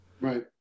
Right